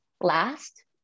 last